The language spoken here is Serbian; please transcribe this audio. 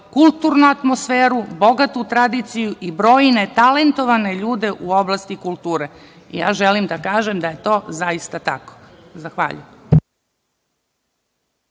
kulturnu atmosferu, bogatu tradiciju i brojne talentovane ljude u oblasti kulture. Ja želim da kažem da je to zaista tako. Zahvaljujem.